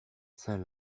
saint